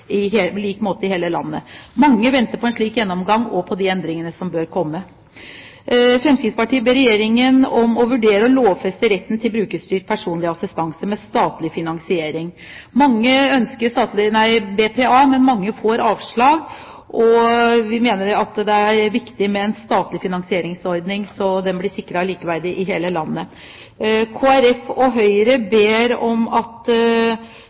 på en lik måte over hele landet. Mange venter på en slik gjennomgang og på de endringene som bør komme. Fremskrittspartiet ber Regjeringen vurdere å lovfeste retten til brukerstyrt personlig assistanse med statlig finansiering. Mange ønsker BPA, men mange får avslag. Vi mener det er viktig med en statlig finansieringsordning, slik at en blir sikret et likeverdig tilbud i hele landet. Kristelig Folkeparti og Høyre ber om at